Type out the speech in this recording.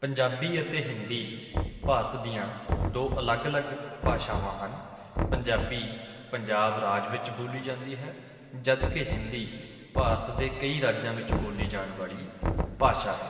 ਪੰਜਾਬੀ ਅਤੇ ਹਿੰਦੀ ਭਾਰਤ ਦੀਆਂ ਦੋ ਅਲੱਗ ਅਲੱਗ ਭਾਸ਼ਾਵਾਂ ਹਨ ਪੰਜਾਬੀ ਪੰਜਾਬ ਰਾਜ ਵਿੱਚ ਬੋਲੀ ਜਾਂਦੀ ਹੈ ਜਦਕਿ ਹਿੰਦੀ ਭਾਰਤ ਦੇ ਕਈ ਰਾਜਾਂ ਵਿੱਚ ਬੋਲੀ ਜਾਣ ਵਾਲੀ ਭਾਸ਼ਾ ਹੈ